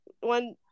one